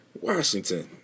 Washington